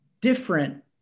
different